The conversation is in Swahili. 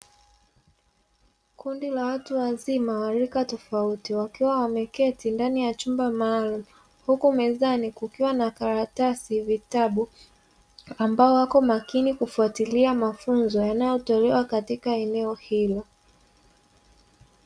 Kundi la watu wazima wa rika tofauti, wakiwa wameketi ndani ya chumba maalumu, huku mezani kukiwa na karatasi, vitabu, ambao wako makini kufuatilia mafunzo yanayotolewa katika eneo hilo.